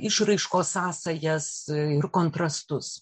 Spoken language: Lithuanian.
išraiškos sąsajas ir kontrastus